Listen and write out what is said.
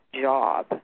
job